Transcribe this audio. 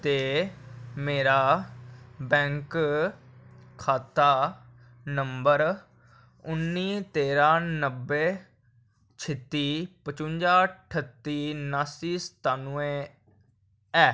ते मेरा बैंक खात्ता नंबर उन्नी तेरां नब्बै शित्ती पचुंजा ठत्ती उनासी सतानुऐं ऐ